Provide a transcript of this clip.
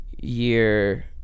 year